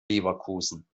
leverkusen